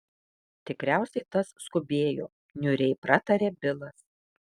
tikriausiai tas skubėjo niūriai pratarė bilas